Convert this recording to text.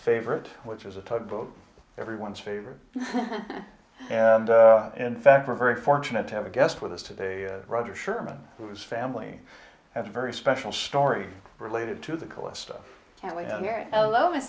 favorite which is a tugboat everyone's favorite and in fact we're very fortunate to have a guest with us today roger sherman whose family has a very special story related to the coolest stuff that we